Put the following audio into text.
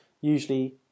usually